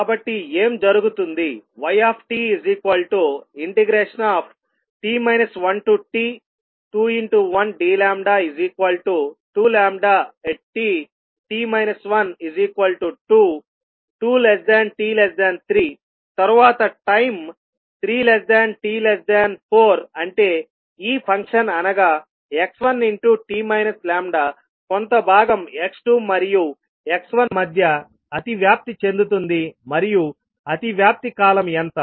కాబట్టి ఏమి జరుగుతుంది ytt 1t21d2|t t 1 22t3 తరువాత టైం 3t4 అంటే ఈ ఫంక్షన్ అనగా x1 కొంత భాగం x2 మరియు x1 మధ్య అతివ్యాప్తి చెందుతుంది మరియు అతివ్యాప్తి కాలం ఎంత